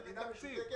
המדינה משותקת,